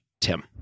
Tim